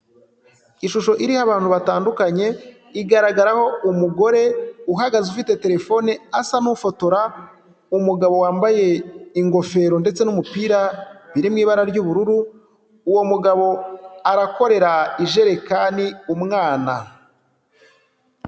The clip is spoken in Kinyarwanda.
Ishusho iriho abantu batandukanye, igaragaraho umugore uhagaze ufite telefone asa n'ufotora, umugabo wambaye ingofero ndetse n'umupira biri mu ibara ry'ubururu, uwo mugabo arakorera ijerekani umwana.